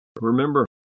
Remember